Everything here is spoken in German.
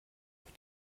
auf